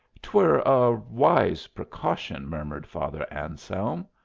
twere a wise precaution, murmured father anselm.